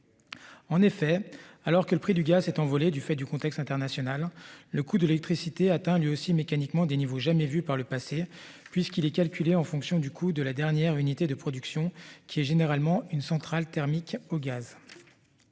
En effet, alors que le prix du gaz, cette envolée du fait du contexte international. Le coût de l'électricité atteint lui aussi mécaniquement des niveaux jamais vus par le passé, puisqu'il est calculé en fonction du coût de la dernière unité de production qui est généralement une centrale thermique au gaz.